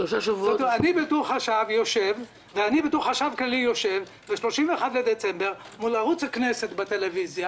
אני בתור חשב כללי יושב ב-31 בדצמבר מול ערוץ הכנסת בטלוויזיה